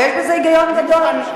ויש בזה היגיון גדול.